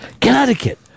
Connecticut